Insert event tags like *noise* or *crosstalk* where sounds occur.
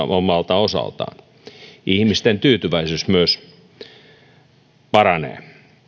*unintelligible* omalta osaltaan ihmisten tyytyväisyys myös paranee